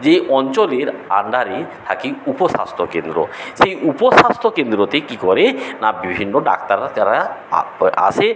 যে অঞ্চলের আন্ডারে থাকি উপস্বাস্থ্য কেন্দ্র সেই উপস্বাস্থ্য কেন্দ্রতে কী করে না বিভিন্ন ডাক্তারা যারা আ আসে